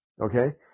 Okay